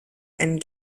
and